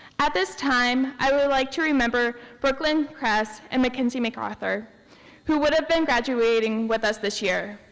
at this time, i would like to remember brooklyn kress and mackenzie mcarthur who would have been graduating with us this year,